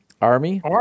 Army